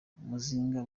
muzinga